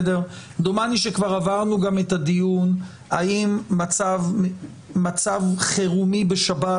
דומני שכבר עברנו גם את הדיון האם מצב חירום בשב"ס